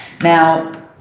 Now